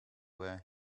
where